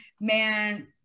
man